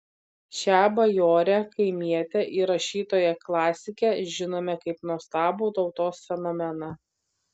šią bajorę kaimietę ir rašytoją klasikę žinome kaip nuostabų tautos fenomeną